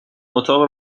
اتاق